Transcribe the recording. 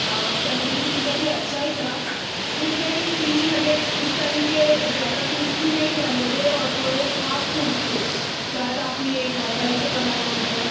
اور تندوری پزا بھی اچھا ہی تھا صرف لیکن فش نگیٹس اس ٹائم کے زیادہ کرسپی نہیں بنے تھے اور تھوڑے ہاف کوکڈ تھے شاید آپ نے گھائی گھائی سے بنائے ہوں گے